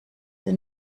sie